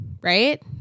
Right